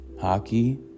hockey